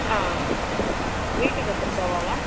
ஆ வீட்டுக்கு எடுத்துகிட்டு போவவா